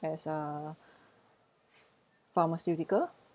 as uh pharmaceutical